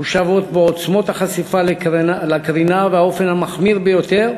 מחושבות בו עוצמות החשיפה לקרינה באופן המחמיר ביותר,